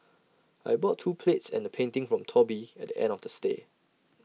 I bought two plates and A painting from Toby at the end of the stay